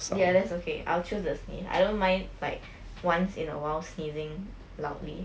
ya that's okay I will choose the sneeze I don't mind like once in awhile sneezing loudly